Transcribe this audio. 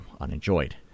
unenjoyed